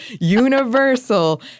Universal